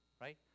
right